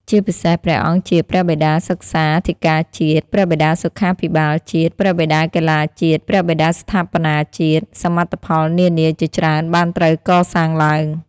ជាពិសេសព្រះអង្គជា ព្រះបិតាសិក្សាធិការជាតិ ព្រះបិតាសុខាភិបាលជាតិ ព្រះបិតាកីឡាជាតិ ព្រះបិតាស្ថាបនាជាតិ សមិទ្ធផលនានា ជាច្រើនបានត្រូវកសាងឡើង។